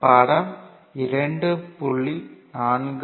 படம் 2